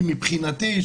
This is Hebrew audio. כי מבחינתי,